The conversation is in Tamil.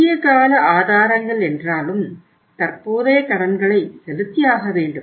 குறுகிய கால ஆதாரங்கள் என்றாலும் தற்போதைய கடன்களை செலுத்தியாக வேண்டும்